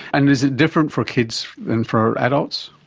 and is it different for kids and for adults?